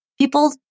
People